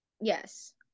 Yes